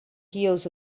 heels